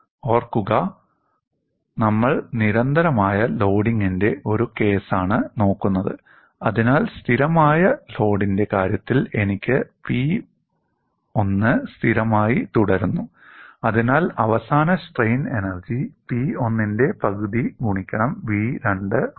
ഓർക്കുക നമ്മൾ നിരന്തരമായ ലോഡിംഗിന്റെ ഒരു കേസാണ് നോക്കുന്നത് അതിനാൽ ഒരു സ്ഥിരമായ ലോഡിന്റെ കാര്യത്തിൽ എനിക്ക് P1 സ്ഥിരമായി തുടരുന്നു അതിനാൽ അവസാന സ്ട്രെയിൻ എനർജി P1 ന്റെ പകുതി ഗുണിക്കണം v2 ആണ്